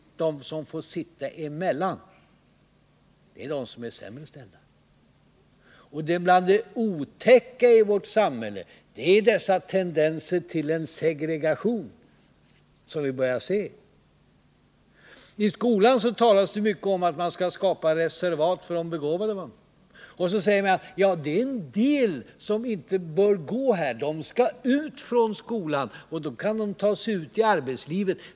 De som får sitta emellan är de som är sämre ställda. Bland det otäcka i vårt samhälle är dessa tendenser till en segregation som vi börjar se. I skolan talas det mycket om att man skall skapa reservat för de begåvade barnen, och man säger att det är en del som inte bör gå där. De skall ut från skolan och ta sig ut i arbetslivet.